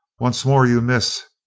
once more you miss?